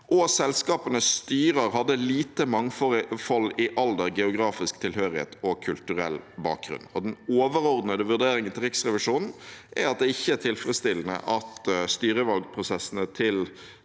– Selskapenes styrer hadde lite mangfold i alder, geografisk tilhørighet og kulturell bakgrunn. Den overordnede vurderingen til Riksrevisjonen er at det ikke er tilfredsstillende at styrevalgprosessene til